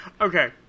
Okay